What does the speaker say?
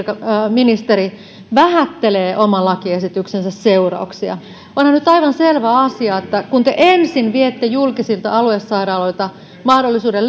ministeri vähättelee oman lakiesityksensä seurauksia onhan nyt aivan selvä asia että kun te ensin viette julkisilta aluesairaaloilta mahdollisuuden